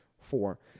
four